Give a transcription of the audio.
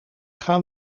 gaan